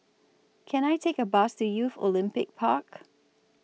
Can I Take A Bus to Youth Olympic Park